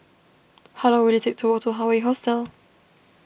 how long will it take to walk to Hawaii Hostel